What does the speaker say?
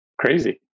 Crazy